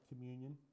communion